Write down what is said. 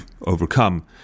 overcome